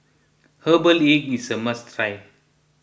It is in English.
Herbal Egg is a must try